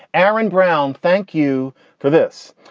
aaron brown, thank you for this.